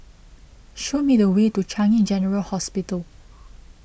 show me the way to Changi General Hospital